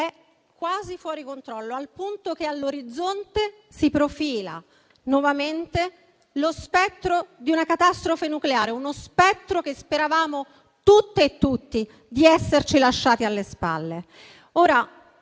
quasi fuori controllo, al punto che all'orizzonte si profila nuovamente lo spettro di una catastrofe nucleare. Uno spettro che speravamo tutte e tutti di esserci lasciati alle spalle.